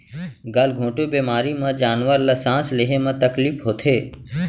गल घोंटू बेमारी म जानवर ल सांस लेहे म तकलीफ होथे